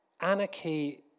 Anarchy